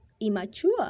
immature